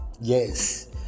Yes